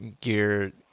gear